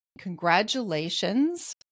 congratulations